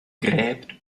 gräbt